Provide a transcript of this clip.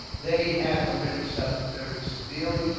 they had already suffered very severely,